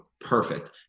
Perfect